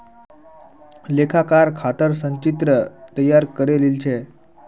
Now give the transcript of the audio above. लेखाकार खातर संचित्र तैयार करे लील छ